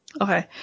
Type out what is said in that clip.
Okay